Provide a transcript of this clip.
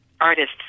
artists